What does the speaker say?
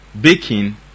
Baking